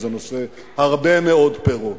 זה נושא הרבה מאוד פירות.